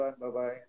Bye-bye